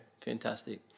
Fantastic